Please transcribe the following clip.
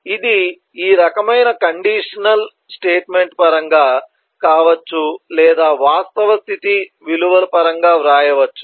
ఇది ఈ రకమైన కండిషన్ స్టేట్మెంట్ పరంగా కావచ్చు లేదా వాస్తవ స్థితి విలువల పరంగా వ్రాయవచ్చు